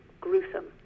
gruesome